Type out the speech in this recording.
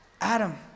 Adam